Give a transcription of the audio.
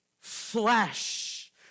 flesh